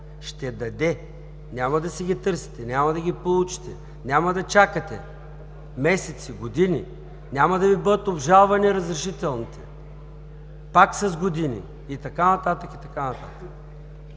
Ще даде! Няма да си ги търсите, няма да ги получите, няма да чакате месеци, години, няма да Ви бъдат обжалвани разрешителните – пак с години, и така нататък, и така нататък.